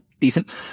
decent